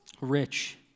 rich